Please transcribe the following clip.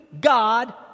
God